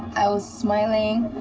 i was smiling.